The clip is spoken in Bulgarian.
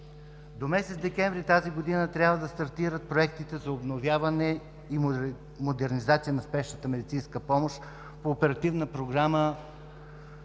До месец декември тази година трябва да стартират проектите за обновяване и модернизация на спешната медицинска помощ по Оперативна програма